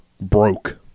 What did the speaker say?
broke